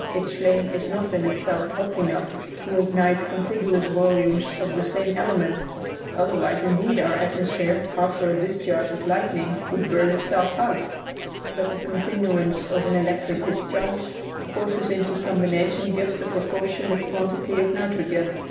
its flame is not in itself hot enough to ignite contiguous volumes of the same element otherwise indeed our atmosphere, after a discharge of lightning, would burn itself out but the continuance of an electric discharge forces into combination just a proportionate quantity of nitrogen.